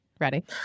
Ready